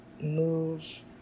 move